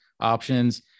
options